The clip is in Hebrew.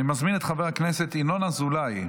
אני מזמין את חבר הכנסת ינון אזולאי,